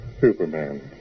Superman